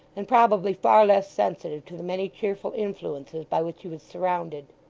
and probably far less sensitive to the many cheerful influences by which he was surrounded.